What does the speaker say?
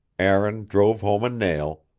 aaron drove home a nail,